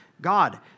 God